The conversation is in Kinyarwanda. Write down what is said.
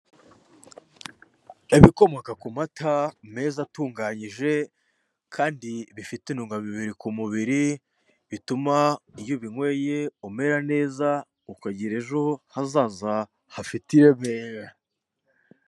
Ibikomoka ku mata meza atunganyije kandi bifite intungamubiri ku mubiri, bituma iyo ubinyweye umera neza ukagira ejo hazaza hafite ireme.